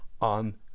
on